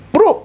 Bro